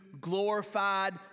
glorified